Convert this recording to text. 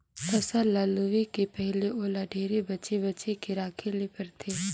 फसल ल लूए के पहिले ओला ढेरे बचे बचे के राखे ले परथे